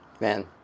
Man